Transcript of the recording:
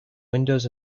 windows